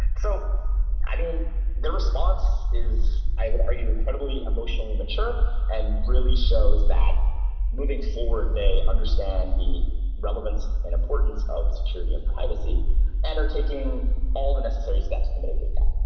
so i think the response is i would argue incredibly emotionally immature and really shows that moving forward, they understand the relevance and importance of security and privacy and are taking all the necessary steps to mitigate that.